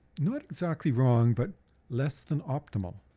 not exactly wrong, but less-than-optimal.